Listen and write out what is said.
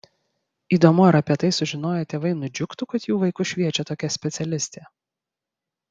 įdomu ar apie tai sužinoję tėvai nudžiugtų kad jų vaikus šviečia tokia specialistė